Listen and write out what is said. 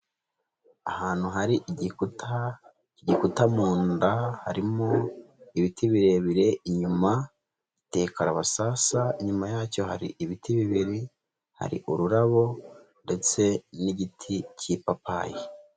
Ahantu hari igikuta kigikuta mu nda, harimo ibiti birebire inyuma hateye karabasasa, inyuma yacyo hari ibiti bibiri, hari ururabo ndetse n'igiti cy'ipapayi.